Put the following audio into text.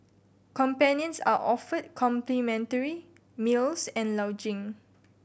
companions are offered complimentary meals and lodging